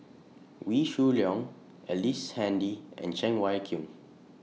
Wee Shoo Leong Ellice Handy and Cheng Wai Keung